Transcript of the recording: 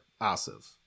Asif